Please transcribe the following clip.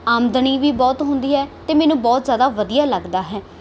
ਆਮਦਨੀ ਵੀ ਬਹੁਤ ਹੁੰਦੀ ਹੈ ਅਤੇ ਮੈਨੂੰ ਬਹੁਤ ਜ਼ਿਆਦਾ ਵਧੀਆ ਲੱਗਦਾ ਹੈ